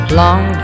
long